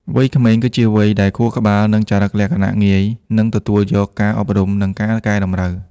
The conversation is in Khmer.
វ័យក្មេងគឺជាវ័យដែលខួរក្បាល និងចរិតលក្ខណៈងាយនឹងទទួលយកការអប់រំ និងការកែតម្រូវ។